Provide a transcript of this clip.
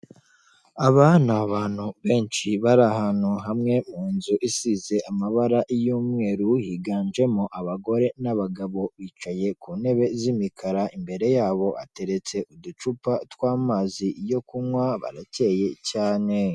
Aba ni abantu benshi bari ahantu hamwe mu nzu isize amabara y'umweru, higanjemo abagore n'abagabo bicaye ku ntebe z'imikara, imbere yabo ateretse uducupa tw'amazi yo kunywa, barakeye cyane.